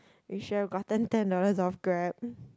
we should have gotten ten dollars off Grab